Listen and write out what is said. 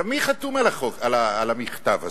מי חתום על המכתב הזה?